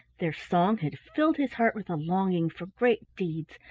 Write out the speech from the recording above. their song had filled his heart with a longing for great deeds,